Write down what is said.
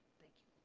thank you.